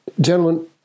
Gentlemen